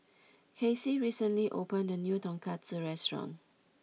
Kacy recently opened a new Tonkatsu restaurant